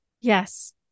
Yes